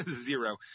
Zero